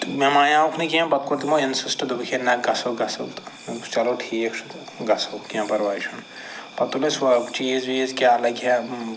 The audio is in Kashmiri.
تہٕ مےٚ مانیٛاکھ نہٕ کیٚنٛہہ پَتہٕ کوٚر تِمَو اِنسِسٹہٕ دوٚپُکھ ہَے نہَ گژھو گژھو تہٕ مےٚ دوٚپُک چلو ٹھیٖک چھُ تہٕ گژھو کیٚنٛہہ پَرواے چھُنہٕ پَتہٕ دوٚپ اَسہِ چیٖز ویٖز کیٛاہ لَگہِ ہے